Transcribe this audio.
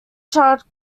charged